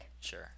Sure